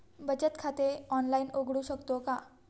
बचत खाते ऑनलाइन उघडू शकतो का?